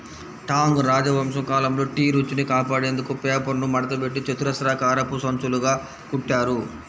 Tang రాజవంశం కాలంలో tea రుచిని కాపాడేందుకు పేపర్ను మడతపెట్టి చతురస్రాకారపు సంచులుగా కుట్టారు